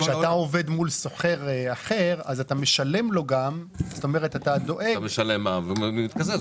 כשאתה עובד מול סוחר אחר אתה דואג -- אתה משלם מע"מ ומתקזז.